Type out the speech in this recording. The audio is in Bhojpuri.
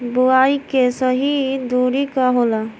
बुआई के सही दूरी का होला?